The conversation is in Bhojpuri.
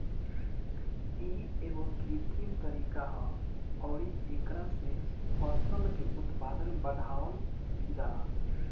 इ एगो कृत्रिम तरीका ह अउरी एकरा से फसल के उत्पादन बढ़ावल जाला